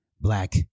black